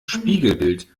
spiegelbild